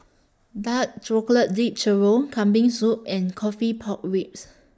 Dark Chocolate Dipped Churro Kambing Soup and Coffee Pork Ribs